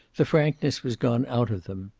the frankness was gone out of them.